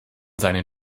seinen